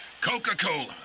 Coca-Cola